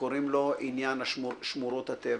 שקוראים לו עניין שמורות הטבע,